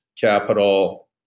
capital